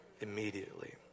Immediately